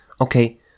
okay